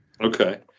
Okay